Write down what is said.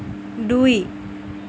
দুই